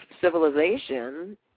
civilization